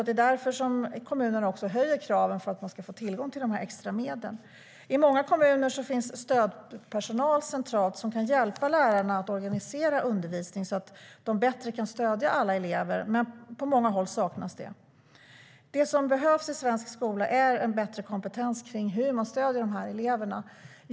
Det är därför som kommunerna höjer kraven så att de ska få tillgång till de extra medlen.I många kommuner finns centralt placerad stödpersonal som kan hjälpa lärarna att organisera undervisning så att de bättre kan stödja alla elever, men på många håll saknas det. Det som behövs i svensk skola är en bättre kompetens i hur man stöder eleverna.